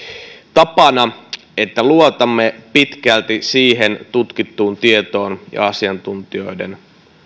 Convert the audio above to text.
tapana että luotamme pitkälti tutkittuun tietoon ja niihin asiantuntijoiden